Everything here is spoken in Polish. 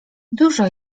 dużo